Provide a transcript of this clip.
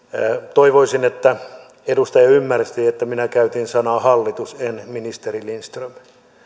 toivoisin että edustaja ymmärsi että minä käytin sanaa hallitus en ministeri lindström